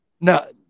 no